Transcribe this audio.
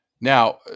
Now